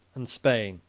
and spain.